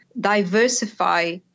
diversify